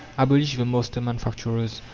abolish the master-manufacturers,